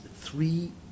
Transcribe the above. three